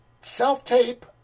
self-tape